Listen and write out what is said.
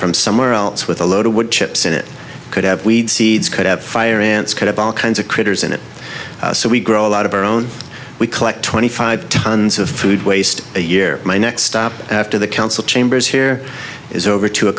from somewhere else with a load of wood chips in it could have weed seeds could have fire ants could have all kinds of critters in it so we grow a lot of our own we collect twenty five tons of food waste a year my next stop after the council chambers here is over to a